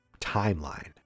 timeline